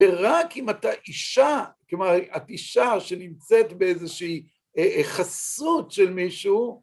ורק אם אתה אישה, כלומר, את אישה שנמצאת באיזושהי חסות של מישהו,